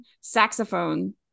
saxophone